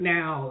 Now